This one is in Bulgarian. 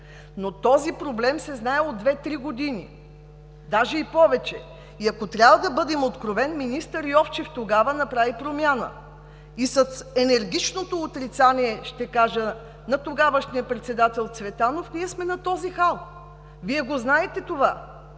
Но този проблем се знае от 2 – 3 години, даже и повече. Ако трябва да бъдем откровени, министър Йовчев тогава направи промяна и с енергичното отрицание – ще кажа – на тогавашния председател Цветанов ние сме на този хал. Вие знаете това!